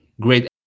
great